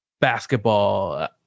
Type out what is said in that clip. basketball